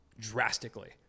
drastically